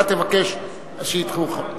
אתה תבקש שידחו אותך.